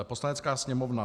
Poslanecká sněmovna